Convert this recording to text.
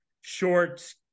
short